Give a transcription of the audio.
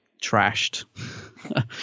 trashed